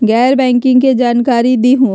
गैर बैंकिंग के जानकारी दिहूँ?